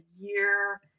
year